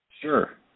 Sure